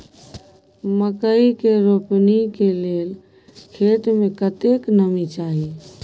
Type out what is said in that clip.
मकई के रोपनी के लेल खेत मे कतेक नमी चाही?